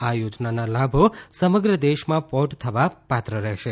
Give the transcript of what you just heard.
આ યોજનાના લાભો સમગ્ર દેશમાં પોર્ટ થવા પાત્ર રહેશે